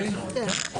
(בריאות),